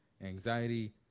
anxiety